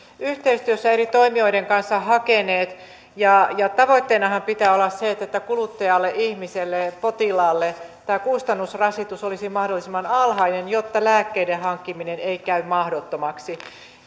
yhteistyössä eri toimijoiden kanssa hakeneet tavoitteenahan pitää olla se että kuluttajalle ihmiselle potilaalle tämä kustannusrasitus olisi mahdollisimman alhainen jotta lääkkeiden hankkiminen ei käy mahdottomaksi